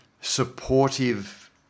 supportive